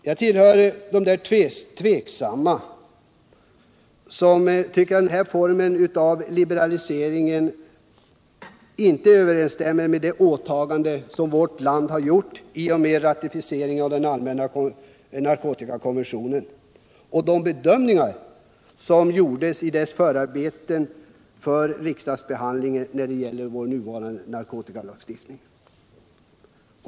Jag tillhör dem som är tveksamma till om denna form av liberalisering överensstämmer med de åtaganden som vårt land gjort i och med ratificeringen av den allmänna narkotikakonventionen och med de bedömningar som gjordes i förarbetena till den och i riksdagsbehandlingen av gällande narkotikalagstiftning.